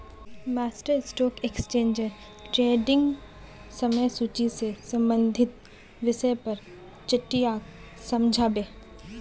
master stock exchange ट्रेडिंगक समय सूची से संबंधित विषय पर चट्टीयाक समझा बे